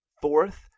Fourth